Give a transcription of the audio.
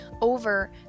over